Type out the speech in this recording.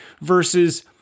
versus